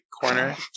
corner